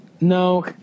No